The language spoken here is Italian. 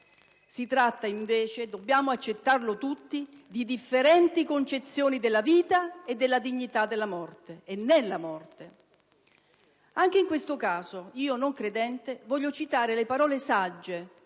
Si tratta invece, dobbiamo accettarlo tutti, di differenti concezioni della vita e della dignità della morte e nella morte. Anche in questo caso, io, non credente, voglio citare le parole sagge,